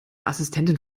assistentin